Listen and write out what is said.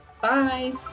Bye